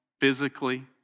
physically